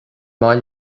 maith